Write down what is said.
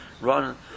run